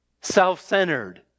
self-centered